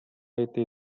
été